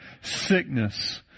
sickness